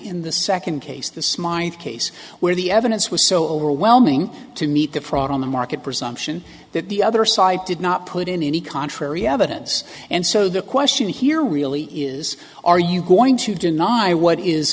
in the second case the smileys case where the evidence was so overwhelming to meet the fraud on the market presumption that the other side did not put in any contrary evidence and so the question here really is are you going to deny what is